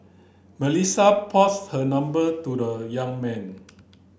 Melissa passed her number to the young man